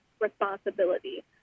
responsibility